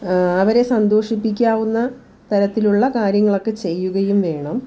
അവരെ സന്തോഷിപ്പിക്കാവുന്ന തരത്തിലുള്ള കാര്യങ്ങളൊക്കെ ചെയ്യുകയും വേണം